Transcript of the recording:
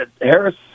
Harris